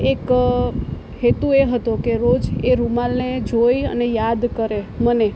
એક હેતુ એ હતો કે રોજ એ રૂમાલને જોઈ અને યાદ કરે મને